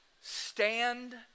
stand